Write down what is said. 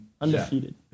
undefeated